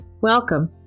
welcome